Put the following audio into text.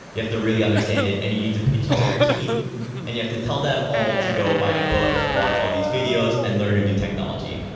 you have to really understand it and you need to pitch to your team and you have to tell them all to go buy a book, watch all these videos, and learn a new technology.